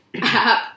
app